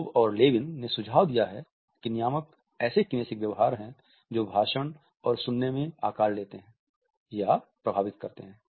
row और Levin ने सुझाव दिया है कि नियामक ऐसे किनेसिक व्यवहार हैं जो भाषण और सुनने में आकार लेते हैं या प्रभावित करते हैं